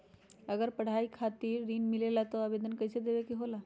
अगर पढ़ाई खातीर ऋण मिले ला त आवेदन कईसे देवे के होला?